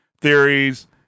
theories